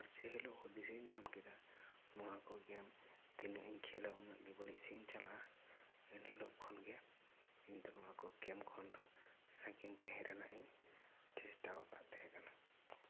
ᱟᱨ ᱡᱮ ᱦᱮᱞᱳᱜ ᱦᱩᱫᱤᱥ ᱤᱧ ᱧᱟᱢ ᱠᱮᱫᱟ ᱱᱚᱣᱟ ᱠᱚ ᱜᱮᱢ ᱛᱤᱱᱟᱹᱜ ᱤᱧ ᱠᱷᱮᱞᱟ ᱩᱱᱟᱹᱜ ᱜᱮ ᱵᱟᱹᱲᱤᱡ ᱥᱮᱡ ᱤᱧ ᱪᱟᱞᱟᱜᱼᱟ ᱮᱱ ᱦᱤᱞᱳᱜ ᱠᱷᱚᱱ ᱜᱮ ᱤᱧ ᱫᱚ ᱱᱚᱣᱟ ᱠᱚ ᱜᱮᱢ ᱠᱷᱚᱱ ᱫᱚ ᱥᱟᱺᱜᱤᱧ ᱛᱟᱦᱮᱸ ᱨᱮᱱᱟᱜ ᱤᱧ ᱪᱮᱥᱴᱟ ᱟᱠᱟᱫ ᱛᱟᱦᱮᱸ ᱠᱟᱱᱟ